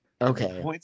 Okay